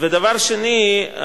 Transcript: ודבר שני,